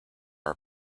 are